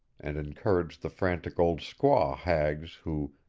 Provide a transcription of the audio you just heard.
and encouraged the frantic old squaw hags who,